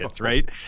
right